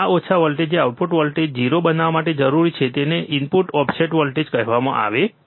આ ઓછા વોલ્ટેજ કે જે આઉટપુટ વોલ્ટેજ 0 બનાવવા માટે જરૂરી છે તેને ઇનપુટ ઓફસેટ વોલ્ટેજ કહેવામાં આવે છે